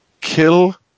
kill